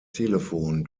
telefon